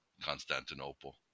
Constantinople